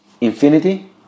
infinity